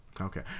Okay